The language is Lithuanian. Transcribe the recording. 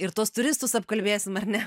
ir tuos turistus apkalbėsim ar ne